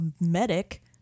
medic